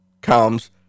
comes